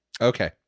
Okay